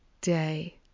day